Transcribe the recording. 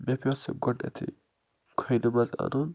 مےٚ پیوٚو سُہ گۄڈنٮ۪تھٕے کھۄنہِ منٛز اَنُن